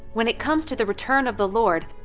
when it comes to the return of the lord,